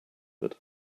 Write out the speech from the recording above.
but